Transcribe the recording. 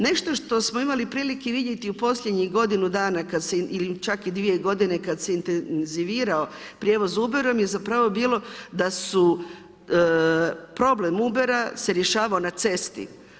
Nešto što smo imali prilike vidjeti u posljednjih godinu dana ili čak i u dvije godine kad se intenzivirao prijevoz UBER-om i zapravo bilo da su problem UBER-a se rješavao na cesti.